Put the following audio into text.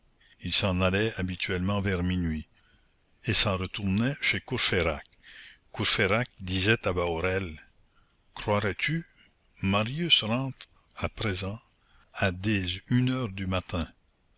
il s'en allait habituellement vers minuit et s'en retournait chez courfeyrac courfeyrac disait à bahorel croirais-tu marius rentre à présent à des une heure du matin